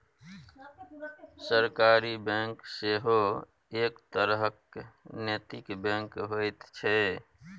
सहकारी बैंक सेहो एक तरहक नैतिक बैंक होइत छै